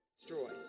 destroy